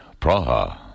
Praha